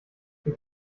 wir